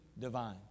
divine